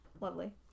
lovely